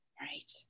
Right